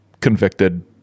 convicted